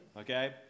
okay